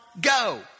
go